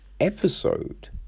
Episode